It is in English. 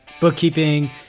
Bookkeeping